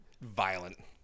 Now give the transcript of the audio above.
violent